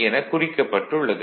எனக் குறிக்கப்பட்டுள்ளது